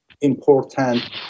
important